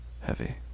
heavy